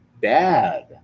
bad